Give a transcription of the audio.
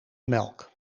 melk